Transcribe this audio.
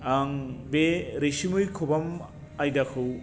आं बे रैसुमै खबाम आयदाखौ